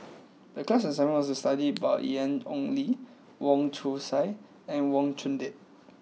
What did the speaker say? the class assignment was to study about Ian Ong Li Wong Chong Sai and Wang Chunde